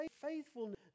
faithfulness